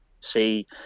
see